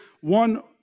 one